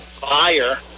buyer